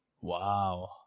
wow